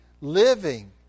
living